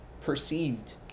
perceived